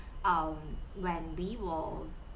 um when we will